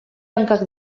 hankak